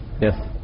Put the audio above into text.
Yes